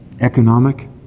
economic